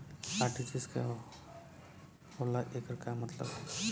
RTGS का होला एकर का मतलब होला?